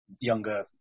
younger